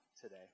today